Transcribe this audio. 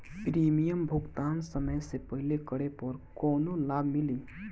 Premium भुगतान समय से पहिले करे पर कौनो लाभ मिली?